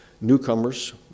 newcomers